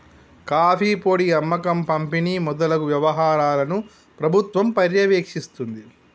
coffee పొడి అమ్మకం పంపిణి మొదలగు వ్యవహారాలను ప్రభుత్వం పర్యవేక్షిస్తుంది